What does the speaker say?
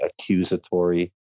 accusatory